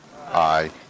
Aye